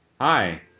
Hi